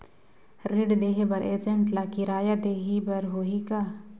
ऋण देहे बर एजेंट ला किराया देही बर होही का?